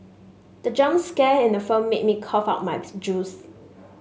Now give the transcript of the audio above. the jump scare in the film made me cough out my juice